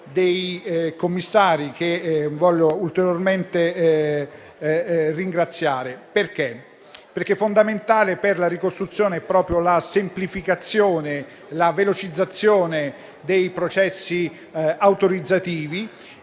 dei commissari che voglio ulteriormente ringraziare. Fondamentali per la ricostruzione sono proprio la semplificazione e la velocizzazione dei processi autorizzativi